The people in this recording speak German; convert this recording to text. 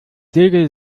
segel